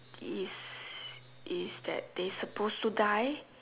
is is that they suppose to die